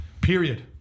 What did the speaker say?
Period